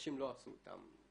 אנשים לא עשו אותם.